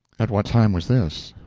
at what time was this?